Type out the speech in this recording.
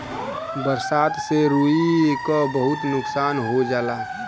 बरसात से रुई क बहुत नुकसान हो जाला